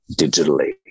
digitally